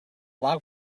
log